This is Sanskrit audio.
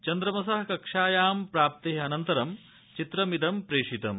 चन्द्रमसः कक्षायां सम्प्राप्तेः अनन्तरं चित्रमिदं प्रेषितम्